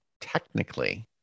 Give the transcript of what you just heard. technically